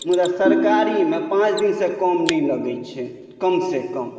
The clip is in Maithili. मुदा सरकारीमे पाँच दिनसँ कम नहि लगैत छै कमसँ कम